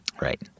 Right